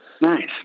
nice